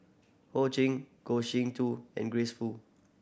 Ho Ching Goh Sin Tub and Grace Fu